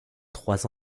trois